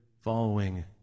following